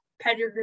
pedigree